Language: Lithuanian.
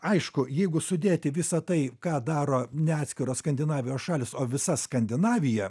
aišku jeigu sudėti visą tai ką daro ne atskiros skandinavijos šalys o visa skandinavija